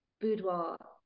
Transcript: boudoir